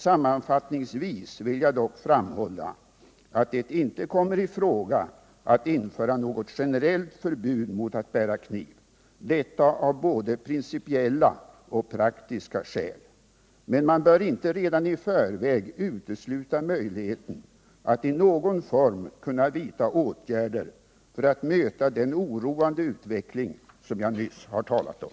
Sammanfattningsvis vill jag dock framhålla att det inte kommer i fråga att införa något generellt förbud mot att bära kniv, detta av både principiella och praktiska skäl. Men man bör inte redan i förväg utesluta möjligheten att i någon form kunna vidta åtgärder för att möta den oroande utveckling som jag nyss har talat om.